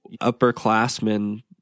upperclassmen